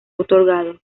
otorgado